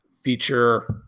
feature